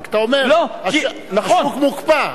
רק אתה אומר, השוק מוקפא.